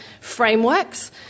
frameworks